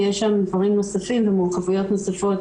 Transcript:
יש שם דברים נוספים ומורכבויות נוספות